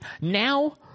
now